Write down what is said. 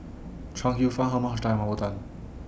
Chuang Hsueh Fang Herman Hochstadt and Mah Bow Tan